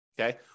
Okay